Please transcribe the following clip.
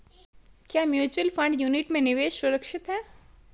क्या mutual fund unit में निवेश सुरक्षित है?